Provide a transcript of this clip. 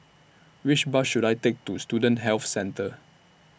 Which Bus should I Take to Student Health Centre